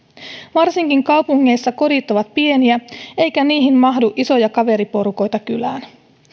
varsinkin kaupungeissa kodit ovat pieniä eikä niihin mahdu isoja kaveriporukoita kylään